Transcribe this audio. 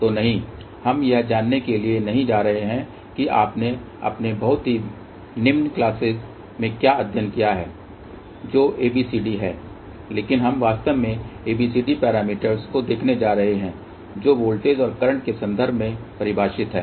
तो नहीं हम यह जानने के लिए नहीं जा रहे हैं कि आपने अपने बहुत ही निम्न क्लासेज में क्या अध्ययन किया है जो ABCD है लेकिन हम वास्तव में ABCD पैरामीटर को देखने जा रहे हैं जो वोल्टेज और करंट के संदर्भ में परिभाषित हैं